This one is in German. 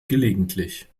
gelegentlich